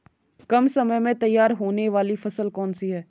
कम समय में तैयार होने वाली फसल कौन सी है?